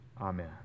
Amen